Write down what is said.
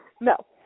No